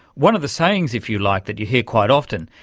one of the sayings, if you like, that you hear quite often,